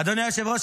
אדוני היושב-ראש,